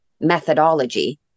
methodology